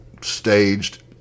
staged